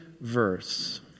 verse